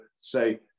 say